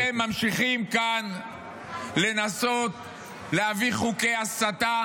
ואתם ממשיכים כאן לנסות להביא חוקי הסתה,